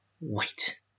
wait